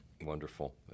Wonderful